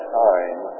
time